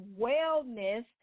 Wellness